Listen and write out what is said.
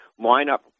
lineup